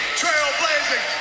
trailblazing